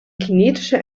kinetische